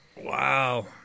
Wow